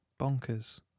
bonkers